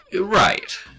Right